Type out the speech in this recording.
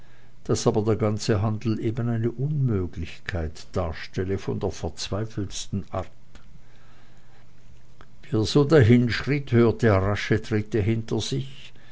daß aber der ganze handel eben eine unmöglichkeit darstelle von der verzweifeltsten art wie er so dahinschritt hörte er rasche tritte hinter sich